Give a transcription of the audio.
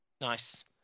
Nice